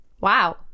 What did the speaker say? wow